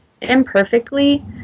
imperfectly